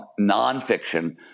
nonfiction